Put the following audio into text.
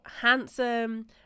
handsome